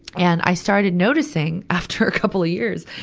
and i started noticing, after a couple of years,